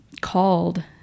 called